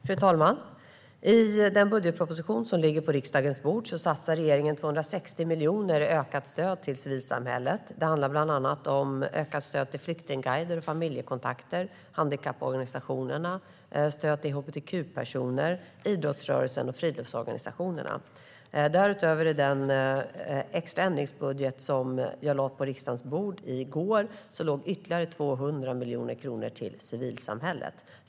Fru talman! I den budgetproposition som ligger på riksdagens bord satsar regeringen 260 miljoner i ökat stöd till civilsamhället. Det handlar bland annat om ökat stöd till flyktingguider, familjekontakter, handikapporganisationer, hbtq-personer, idrottsrörelsen och fritidsorganisationerna. Därutöver ligger ytterligare 200 miljoner kronor till civilsamhället i den extra ändringsbudget som jag lade på riksdagens bord i går.